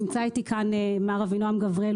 נמצא איתי כאן מר אבינועם גבריאל,